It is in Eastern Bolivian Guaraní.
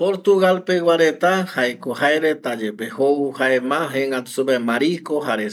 Portugal pegua reta jaeko jaereta yepe jou jae ma jegätu supe jae marisco jare